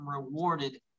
rewarded